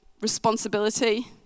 responsibility